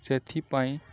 ସେଥିପାଇଁ